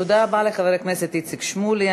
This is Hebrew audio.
תודה רבה לחבר הכנסת איציק שמולי.